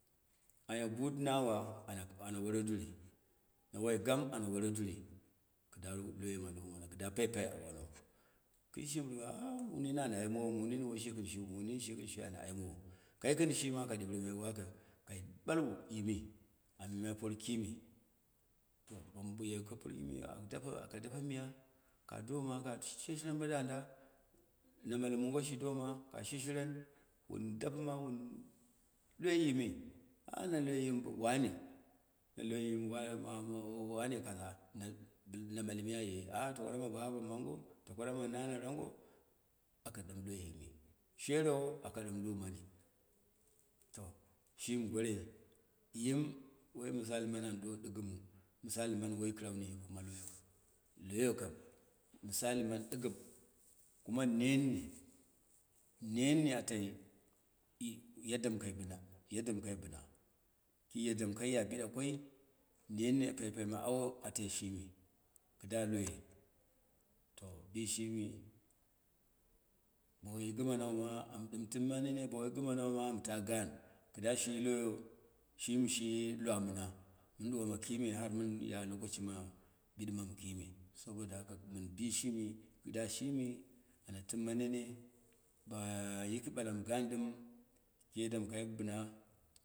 Anya but na wa ana wore duri, na waw gam ana wore duri, kɨda loye ma loyo kɨda paipai ma ao, kishimuru a munin an ai mowo, mu min shigɨnshi, mu nin woshɨgu shin an imowo, kai kɨn shima aka diu ri ma wako ɓalwu yimi, an yimai par kime, to per miya aka dape miya ka doma ka she shiren bodanda, na malɨm mongo shi doma, ka she shiren, wun dapɨma wun loi yimi na loi yim wane, ma loi yim wa kaza na malami aye to kara ma baba mongo, to kara ma nana rango, aka ɗɨm loi yimi, sherewo ako ɗɨm lumani to shimi goroi yim woi mɨsali mani an do ɗɨgɨmu, misai moni woi kɗrau yiku ma layon, loyo kam, misalo ma ni ɗɨgɨm, kuma nenni, nenni atai yaddam kai bɨna yaddam kai bɨna, ki yaddam kaiya biɗa koi, neuni paipai ma awo atai shimi ka loyou, to bishimi, bo woi gɨ manau ma am ɗɨm timma nene, bow ai gɨmɨna ma am ta gan, da shi loyo, shi mi lwa mi na, mɗn ɗuwama kime, har mɨn yo le koshima bidɨ kime saboda haka bishi mi, kɨda shini ana timma mene ba a yitu ɓala mɨ gan ɗɨm ki yaddom kai bɨna